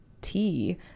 tea